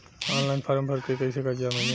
Online form भर के कैसे कर्जा मिली?